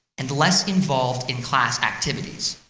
and less involved in class activities,